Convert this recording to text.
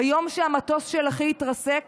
ביום שהמטוס של אחי התרסק